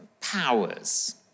powers